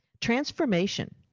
Transformation